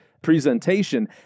Presentation